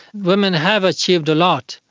women have achieved a lot.